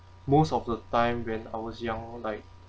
most of the time when I was young like